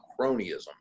cronyism